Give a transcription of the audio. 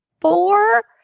four